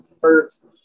first